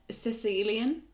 Sicilian